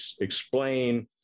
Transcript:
explain